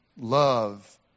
Love